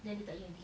then dia tak jadi